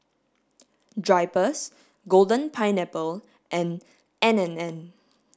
drypers golden pineapple and N and N